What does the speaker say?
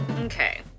Okay